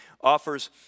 offers